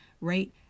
Right